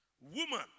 Woman